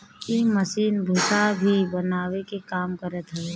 इ मशीन भूसा भी बनावे के काम करत हवे